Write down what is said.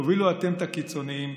תובילו אתם את הקיצונים,